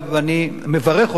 אני מברך אותך,